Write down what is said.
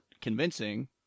convincing